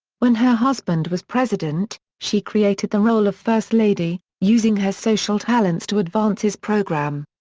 when her husband was president, she created the role of first lady, using her social talents to advance his program.